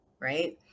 right